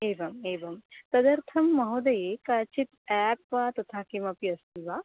एवम् एवं तदर्थं महोदये काचित् एप् वा तथा किमपि अस्ति वा